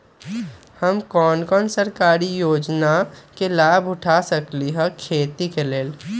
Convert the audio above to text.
हम कोन कोन सरकारी योजना के लाभ उठा सकली ह खेती के लेल?